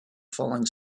falling